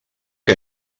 que